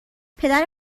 پدر